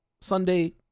Sunday